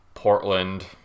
Portland